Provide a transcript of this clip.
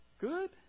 good